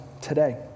today